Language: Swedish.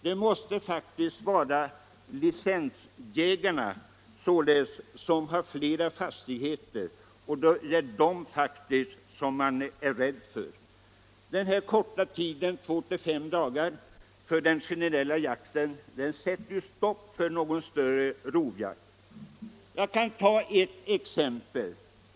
Det måste faktiskt vara de licensjägare som har flera fastigheter. Den korta tiden två-fem dagar för generell jakt sätter stopp för rovjakt. Jag kan ta ett exempel.